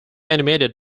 animated